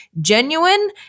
genuine